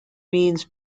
means